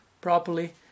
properly